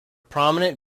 prominent